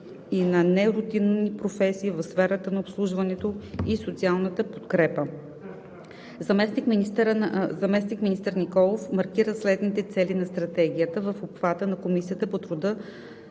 и на нерутинни професии в сферата на обслужването и социалната подкрепа. Заместник-министър Николов маркира следните цели на Стратегията в обхвата на Комисията по труда,